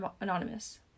anonymous